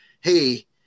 hey